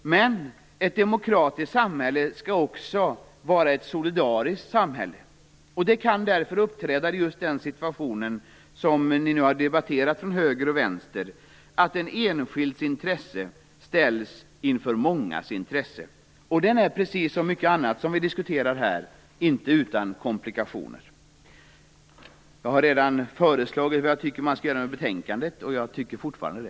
Men ett demokratiskt samhälle skall också vara ett solidariskt samhälle. Just därför kan den situationen uppträda, som nu har debatterats från höger och vänster, att den enskildes intresse ställs inför mångas intresse. Det är, precis som mycket annat som vi diskuterar här, inte utan komplikationer. Jag har redan föreslagit vad man skall göra med betänkandet, och det vidhåller jag fortfarande.